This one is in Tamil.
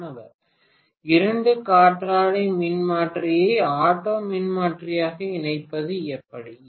மாணவர் இரண்டு காற்றாலை மின்மாற்றியை ஆட்டோ மின்மாற்றியாக இணைப்பது எப்படி